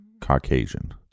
Caucasian